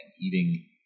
eating